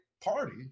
Party